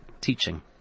teaching